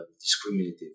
discriminative